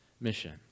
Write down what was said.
mission